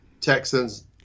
Texans